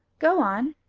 go on,